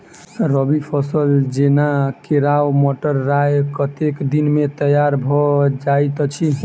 रबी फसल जेना केराव, मटर, राय कतेक दिन मे तैयार भँ जाइत अछि?